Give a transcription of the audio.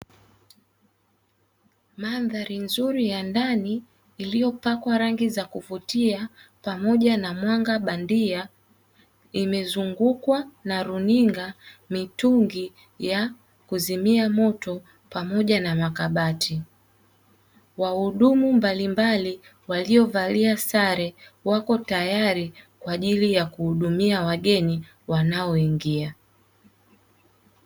Mandhari nzuri ya ndani iliyopakwa rangi ya kuvutia pamoja na mwanga bandia, imezungukwa na runinga, mitungi ya kuzimia moto pamoja na makabati. Wahudumu mbalimbali waliovalia sare wako tayari kwa ajili ya kuhudumia wageni wanaoingia.